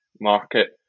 market